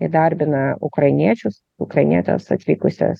įdarbina ukrainiečius ukrainietes atvykusias